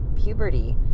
Puberty